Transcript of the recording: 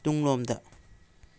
ꯇꯨꯡꯂꯣꯝꯗ